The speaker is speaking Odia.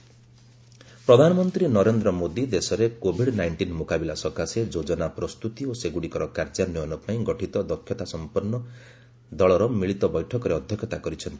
ପିଏମ୍ କୋଭିଡ୍ ନାଇଣ୍ଟିନ୍ ପ୍ରଧାନମନ୍ତ୍ରୀ ନରେନ୍ଦ୍ର ମୋଦି ଦେଶରେ କୋଭିଡ୍ ନାଇଷ୍ଟିନ୍ ମୁକାବିଲା ସକାଶେ ଯୋଜନା ପ୍ରସ୍ତୁତି ଓ ସେଗୁଡ଼ିକର କାର୍ଯ୍ୟାନ୍ୱୟନ ପାଇଁ ଗଠିତ କ୍ଷମତାସମ୍ପନ୍ନ ଦଳର ମିଳିତ ବୈଠକରେ ଅଧ୍ୟକ୍ଷତା କରିଛନ୍ତି